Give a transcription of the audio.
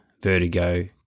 vertigo